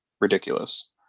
ridiculous